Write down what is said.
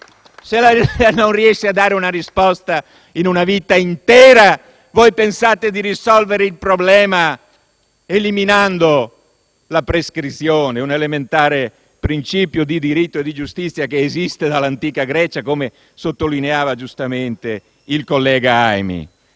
Se la giustizia non riesce a dare una risposta in una vita intera, voi pensate di risolvere il problema eliminando la prescrizione, che è un elementare principio di diritto e di giustizia che esiste dall'antica Grecia, come sottolineava giustamente il collega Aimi.